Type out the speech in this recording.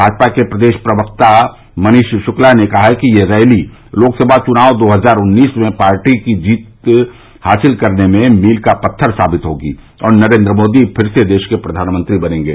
भाजपा के प्रदेश प्रवक्ता मनीष शुक्ला ने कहा कि यह रैली लोकसमा चुनाव दो हजार उन्नीस में पार्टी की जीत हासिल करने में मील का पत्थर साबित होगी और नरेन्द्र मोदी फिर से देश के प्रधानमंत्री बनेंगे